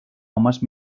homes